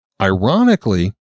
ironically